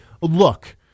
Look